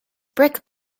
brick